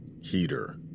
Heater